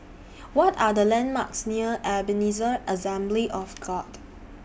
What Are The landmarks near Ebenezer Assembly of God